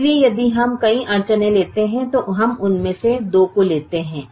इसलिए यदि हम कई अड़चनें लेते हैं तो हम उनमें से दो को लेते हैं